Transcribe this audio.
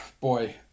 boy